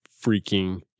freaking